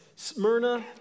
Smyrna